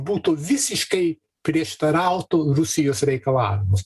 būtų visiškai prieštarautų rusijos reikalavimus